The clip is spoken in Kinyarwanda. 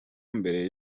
mbere